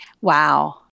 wow